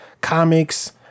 comics